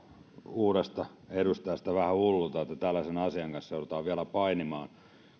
uudesta edustajasta vähän hullulta että tällaisen asian kanssa joudutaan vielä painimaan